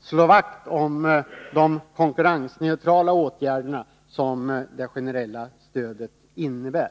slå vakt om sådana konkurrensneutrala åtgärder som det generella stödet innebär.